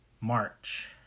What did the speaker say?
March